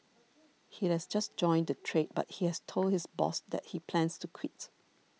he has just joined the trade but he has told his boss that he plans to quit